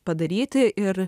padaryti ir